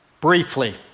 Briefly